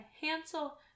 Hansel